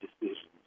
decisions